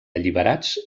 alliberats